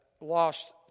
lost